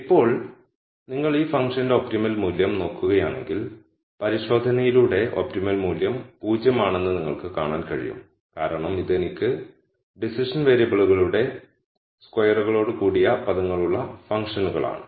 ഇപ്പോൾ നിങ്ങൾ ഈ ഫംഗ്ഷന്റെ ഒപ്റ്റിമൽ മൂല്യം നോക്കുകയാണെങ്കിൽ പരിശോധനയിലൂടെ ഒപ്റ്റിമൽ മൂല്യം 0 ആണെന്ന് നിങ്ങൾക്ക് കാണാൻ കഴിയും കാരണം ഇത് എനിക്ക് ഡിസിഷൻ വേരിയബിളുകളുടെ സ്ക്വയറുകളോട് കൂടിയ പദങ്ങളുള്ള ഫംഗ്ഷനുകളാണ്